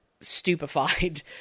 stupefied